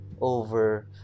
over